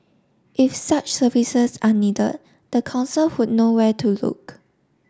if such services are needed the council would know where to look